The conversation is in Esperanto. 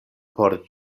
por